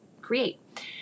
create